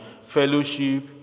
fellowship